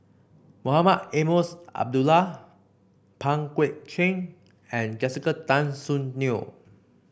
Mohamed Eunos Abdullah Pang Guek Cheng and Jessica Tan Soon Neo